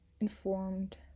informed